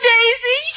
Daisy